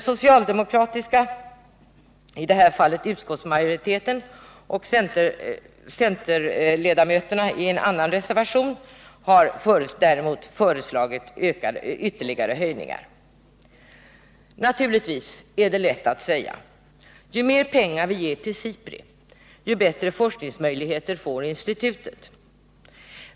Socialdemokraterna — i det här fallet utskottsmajoriteten — och centerns ledamöter har däremot föreslagit ytterligare höjningar. Naturligtvis är det lätt att säga: Ju mer pengar vi ger till SIPRI, desto bättre forskningsmöjligheter får institutet.